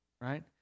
Right